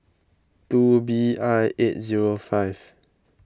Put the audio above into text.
two B I eight zero five